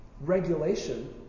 regulation